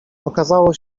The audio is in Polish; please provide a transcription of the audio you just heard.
okazało